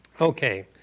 Okay